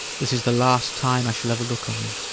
this is the last time i shall ever look on you.